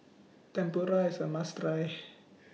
Tempura IS A must Try